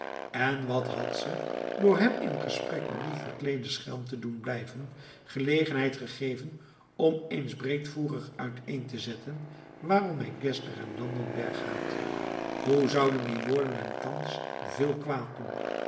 en wat had ze door hem in gesprek met dien verkleeden schelm te doen blijven gelegenheid gegeven om eens breedvoerig uiteen te zetten waarom hij geszler en landenberg haatte hoe zouden die woorden hem thans veel kwaad doen